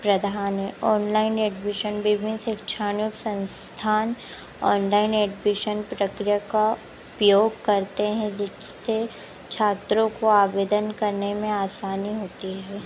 प्रधान online admission विभिन्न शिक्षाण संस्थान ओनलाइन एडबिशन प्रक्रिया का उपयोग करते हैं जिससे छात्रों को आवेदन करने में आसानी होती है